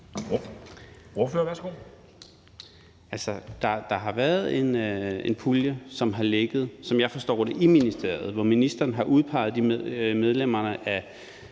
der har været en pulje, som har ligget, som jeg forstår det, i ministeriet, hvor ministeren har udpeget medlemmerne af